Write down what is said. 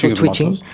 twitching.